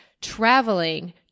traveling